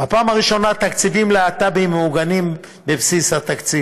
בפעם הראשונה תקציבים ללהט"בים מעוגנים בבסיס התקציב.